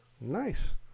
Nice